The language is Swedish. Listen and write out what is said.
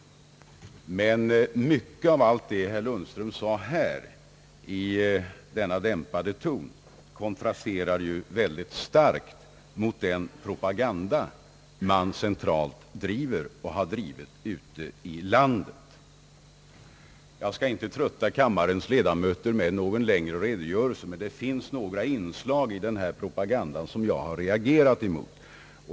Men mycket av allt det som herr Lundström sade här i denna dämpade ton kontrasterar starkt mot den propaganda, som man centralt driver och har drivit ute i landet. Jag skall inte trötta kammarens ledamöter med någon längre redogörelse, men det finns några inslag i denna propaganda som jag har reagerat emot.